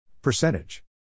Percentage